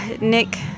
Nick